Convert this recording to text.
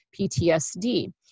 PTSD